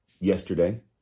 yesterday